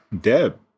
Deb